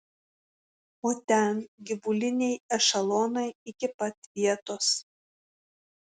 o ten gyvuliniai ešelonai iki pat vietos